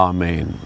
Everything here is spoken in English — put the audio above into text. Amen